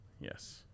Yes